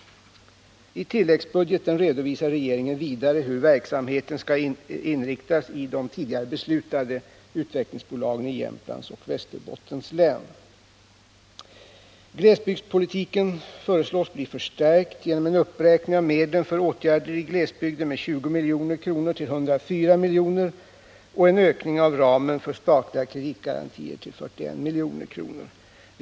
I tilläggsbudgeten redovisar regeringen vidare hur verksamheten skall inriktas i de tidigare beslutade utvecklingsbolagen i Jämtlands och Västerbottens län. Glesbygdspolitiken föreslås bli förstärkt genom en uppräkning av medlen för åtgärder i glesbygder med 20 milj.kr. till 104 milj.kr. och en utökning av ramen för statliga kreditgarantier till 41 milj.kr.